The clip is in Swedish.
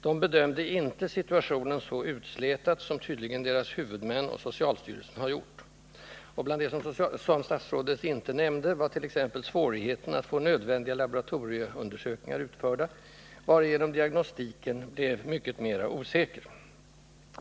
De bedömde inte situationen så utslätat som tydligen deras huvudmän och socialstyrelsen har gjort — bland det som statsrådet inte nämnde var t.ex. svårigheten att få nödvändiga laboratorieundersökningar utförda, varigenom diagnostiken blev mycket mera osäker.